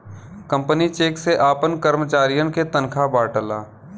company cheque से आपन करमचारियन के तनखा बांटला